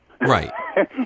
Right